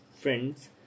friends